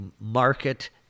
market